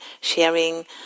sharing